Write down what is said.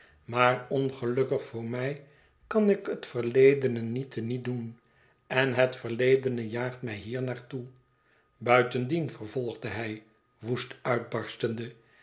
maar ongelukkig voor mij kan ik het verledene niet te niet doen en het verledene jaagt mij hiernaartoe buitendien vervolgde hij woest uitbarstende